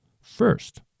First